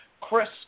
Chris